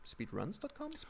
speedruns.com